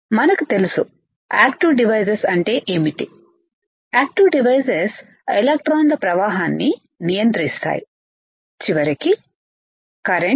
మనకి తెలుసు active devices అంటే ఏమిటి ఆక్టివ్ డివైసెస్ ఎలక్ట్రాన్ ల ప్రవాహాన్ని నియంత్రిస్తాయి చివరికి కరెంట్